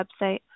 website